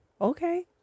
Okay